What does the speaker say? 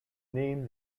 name